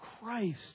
Christ